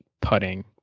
putting